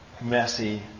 messy